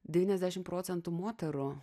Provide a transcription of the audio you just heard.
devyniasdešim procentų moterų